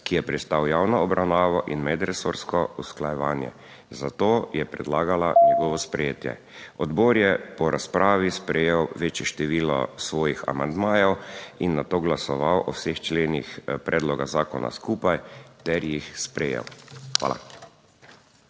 ki je prestal javno obravnavo in medresorsko usklajevanje, zato je predlagala njegovo sprejetje. Odbor je po razpravi sprejel večje število svojih amandmajev in nato glasoval o vseh členih predloga zakona skupaj ter jih sprejel. Hvala.